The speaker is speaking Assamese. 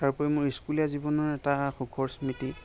তাৰ উপৰিও মোৰ স্কুলীয়া জীৱনৰ এটা সুখৰ স্মৃতি